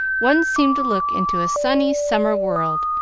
one seemed to look into a sunny summer world,